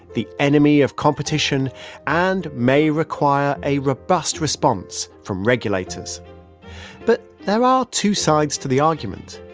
the enemy of competition and may require a robust response from regulators but there are two sides to the argument.